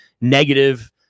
negative